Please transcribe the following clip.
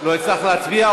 לא הצלחתי להצביע, בעד.